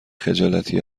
خجالتی